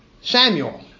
Samuel